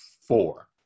four